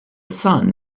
sun